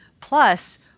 Plus